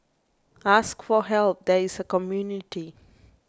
ask for help there is a community